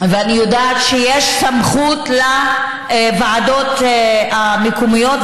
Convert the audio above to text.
ואני יודעת שיש סמכות לוועדות המקומיות,